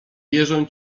wierzę